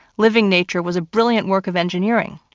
living nature was a brilliant work of engineering.